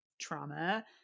trauma